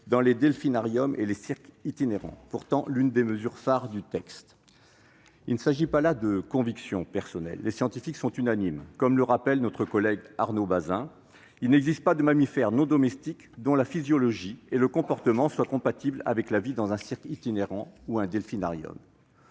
dans les delphinariums et les cirques itinérants. C'était pourtant l'une des mesures phares du texte. Il ne s'agit pas là de convictions personnelles. Les scientifiques sont unanimes. Comme le rappelle notre collègue Arnaud Bazin, il n'existe pas de mammifères non domestiques dont la physiologie et le comportement soient compatibles avec la vie dans un cirque itinérant ou un delphinarium.